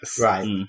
Right